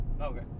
Okay